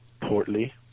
portly